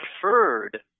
preferred